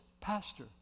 Pastor